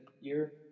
year